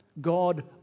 God